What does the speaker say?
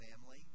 family